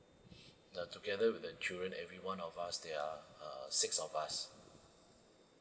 uh together with the children everyone of us there are six of us